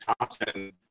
Thompson